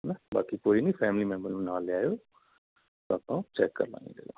ਹੈ ਨਾ ਬਾਕੀ ਕੋਈ ਨਹੀਂ ਫੈਮਲੀ ਮੈਂਬਰ ਨੂੰ ਨਾਲ ਲਿਆਇਓ ਆਪਾਂ ਚੈੱਕ ਕਰਲਾਂਗੇ ਜਗ੍ਹਾ